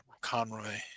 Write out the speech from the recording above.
Conroy